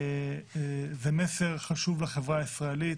זה מסר חשוב לחברה הישראלית,